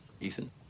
Ethan